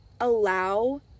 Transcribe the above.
allow